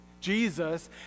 Jesus